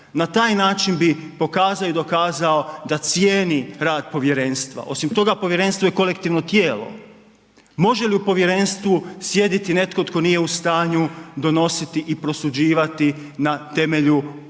Na taj način bi pokazao i dokazao da cijeni rad povjerenstva. Osim toga povjerenstvo je kolektivno tijelo. Može li u povjerenstvu sjediti netko tko nije u stanju donositi i prosuđivati na temelju interesa